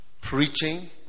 preaching